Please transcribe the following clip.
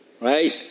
right